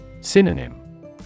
Synonym